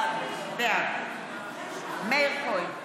בעד מאיר כהן,